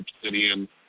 obsidian